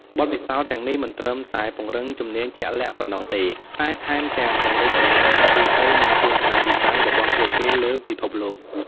បទពិសោធន៍ទាំងនេះមិនត្រឹមតែពង្រឹងជំនាញជាក់លាក់ប៉ុណ្ណោះទេ តែថែមទាំងពង្រីកចំណេះដឹងទូទៅ និងទស្សនវិស័យរបស់ពួកគេលើពិភពលោក។